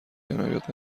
جنایت